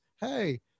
hey